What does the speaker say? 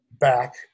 back